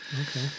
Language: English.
Okay